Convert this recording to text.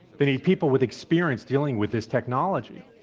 they need people with experience dealing with this technology.